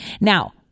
Now